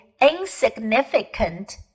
insignificant